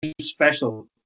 special